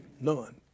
None